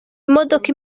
imodoka